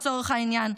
לצורך העניין,